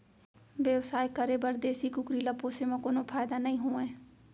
बेवसाय करे बर देसी कुकरी ल पोसे म कोनो फायदा नइ होवय